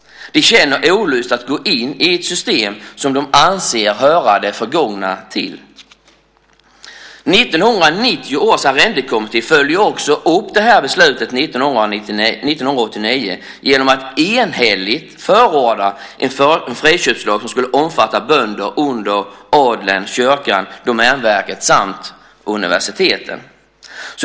De känner olust att gå in i ett system som de anser hör det förgångna till. 1990 års arrendekommitté följde upp 1989 års beslut genom att enhälligt förorda en friköpslag som skulle omfatta bönder under adeln, Kyrkan, Domänverket och universiteten.